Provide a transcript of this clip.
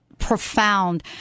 profound